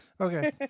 Okay